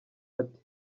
ati